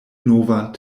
novan